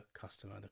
customer